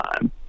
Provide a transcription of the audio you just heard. time